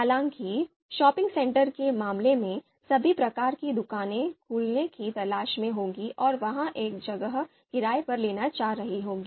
हालांकि shopping centre के मामले में सभी प्रकार की दुकानें खुलने की तलाश में होंगी और वहां एक जगह किराए पर लेना चाह रही होंगी